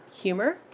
humor